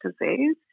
disease